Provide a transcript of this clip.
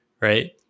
right